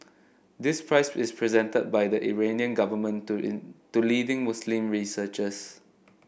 this prize is presented by the Iranian government to in to leading Muslim researchers